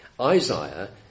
Isaiah